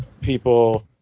people